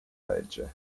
legge